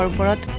so front